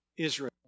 Israel